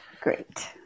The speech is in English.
Great